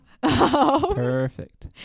Perfect